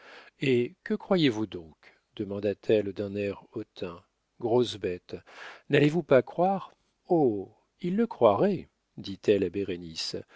eh que croyez-vous donc demanda-t-elle d'un air hautain grosse bête n'allez-vous pas croire oh il le croirait dit-elle